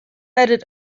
edit